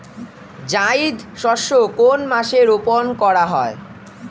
জায়িদ শস্য কোন মাসে রোপণ করা হয়?